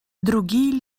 другие